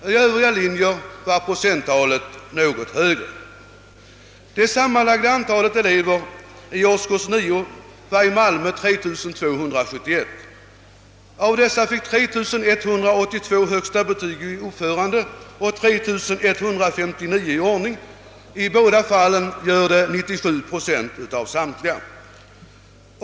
Vid övriga linjer var procenttalen något högre. Det sammanlagda antalet elever i årskurs 9 var i Malmö 3 271. Av dessa fick 3182 högsta betyg i uppförande och 3 159 i ordning. I båda fallen gör det 97 procent av samtliga.